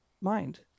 mind